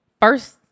First